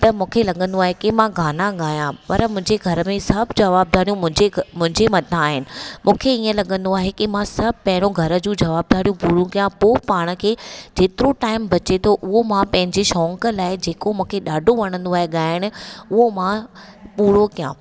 त मूंखे लॻंदो आहे की मां गाना ॻायां पर मुंहिंजे घर में सभु जवाबदारियूं मुंहिंजे ग मुंहिंजे मथां आहिनि मूंखे हीअं लॻंदो आहे की मां सभु पहिरियों घर जूं जवाबदारियूं पूरियूं कयां पोइ पाण खे जेतिरो टाइम बचे थो उहा मां पंहिंजे शौक़ लाइ जेको मूंखे ॾाढो वणंदो आहे ॻायण उहो मां पूरो कयां